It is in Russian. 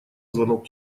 звонок